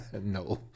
No